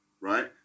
right